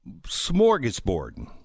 smorgasbord